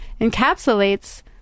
encapsulates